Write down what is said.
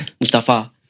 Mustafa